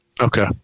Okay